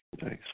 Thanks